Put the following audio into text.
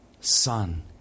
son